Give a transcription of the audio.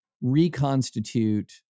reconstitute